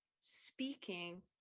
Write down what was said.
speaking